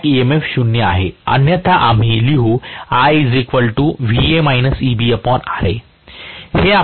अन्यथा आम्ही लिहू